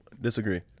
Disagree